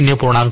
3 0